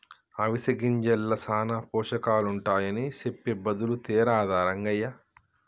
అవిసె గింజల్ల సానా పోషకాలుంటాయని సెప్పె బదులు తేరాదా రంగయ్య